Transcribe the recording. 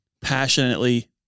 passionately